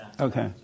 Okay